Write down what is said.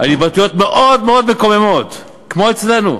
על התבטאויות מאוד מאוד מקוממות, כמו אצלנו,